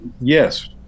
yes